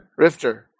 Rifter